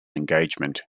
engagement